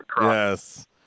Yes